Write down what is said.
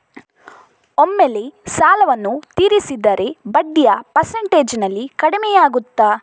ಒಮ್ಮೆಲೇ ಸಾಲವನ್ನು ತೀರಿಸಿದರೆ ಬಡ್ಡಿಯ ಪರ್ಸೆಂಟೇಜ್ನಲ್ಲಿ ಕಡಿಮೆಯಾಗುತ್ತಾ?